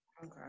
Okay